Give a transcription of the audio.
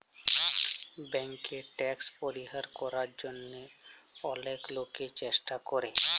ব্যাংকে ট্যাক্স পরিহার করার জন্যহে অলেক লোকই চেষ্টা করে